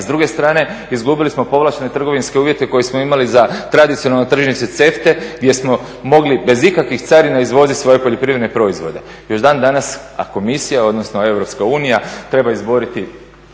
s druge strane izgubili smo povlaštene trgovinske uvjete koje smo imali za tradicionalno tržište CEFTA-e gdje smo mogli bez ikakvih carina izvoziti svoje poljoprivredne proizvode. Još dan danas komisija, odnosno EU treba izdogovarati